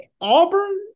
Auburn